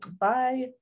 Bye